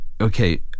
okay